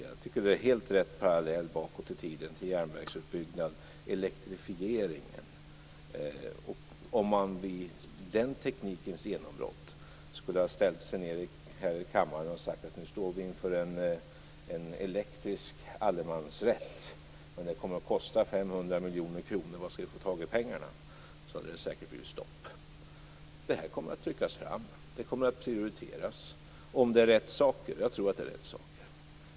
Jag tycker att det är helt rätt parallell bakåt i tiden att se på järnvägsutbyggnaden - och även elektrifieringen. Tänk om man vid den teknikens genombrott hade ställt sig här i kammaren och sagt att nu står vi inför en elektrisk allemansrätt, men det kommer att kosta 500 miljoner kronor. Var skall vi få tag i pengarna? Då hade det säkert blivit stopp. Det här kommer att tryckas fram. Det kommer att prioriteras om det är rätt saker. Jag tror att det är rätt saker.